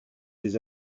des